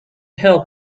help